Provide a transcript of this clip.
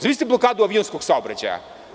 Zamislite blokadu avionskog saobraćaja.